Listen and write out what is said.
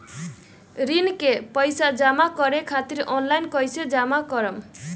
ऋण के पैसा जमा करें खातिर ऑनलाइन कइसे जमा करम?